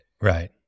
Right